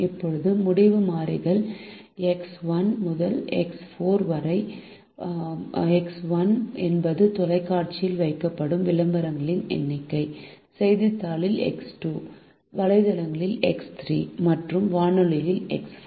இப்போது முடிவு மாறிகள் எக்ஸ் 1 முதல் எக்ஸ் 4 வரை எக்ஸ் 1 என்பது தொலைக்காட்சியில் வைக்கப்படும் விளம்பரங்களின் எண்ணிக்கை செய்தித்தாளில் எக்ஸ் 2 வலைத்தளங்களில் எக்ஸ் 3 மற்றும் வானொலியில் எக்ஸ் 4